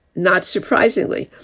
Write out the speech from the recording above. not surprisingly,